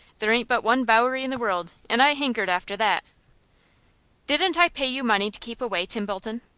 there ain't but one bowery in the world, and i hankered after that didn't i pay you money to keep away, tim bolton?